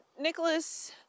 Nicholas